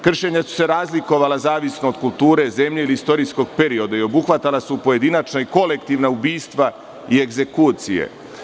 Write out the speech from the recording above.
Kršenja su se razlikovala zavisno od kulture zemlje ili istorijskog perioda i obuhvatala su pojedinačna i kolektivna ubistva i egzekucije.